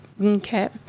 okay